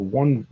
one